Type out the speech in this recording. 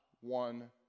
one